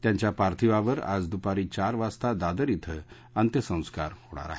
त्यांच्या पार्थिवावर आज दुपारी चार वाजता दादर ॐ अत्यसंस्कार होणार आहेत